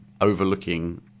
overlooking